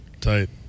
Tight